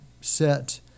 set